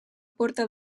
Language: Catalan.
porta